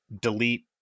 delete